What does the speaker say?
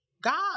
God